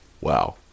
Wow